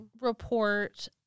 report